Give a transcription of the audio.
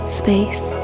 space